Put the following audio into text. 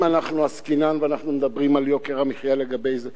אם עסקינן ואנחנו מדברים על יוקר המחיה, לגבי זה,